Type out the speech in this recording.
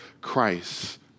Christ